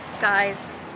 Guys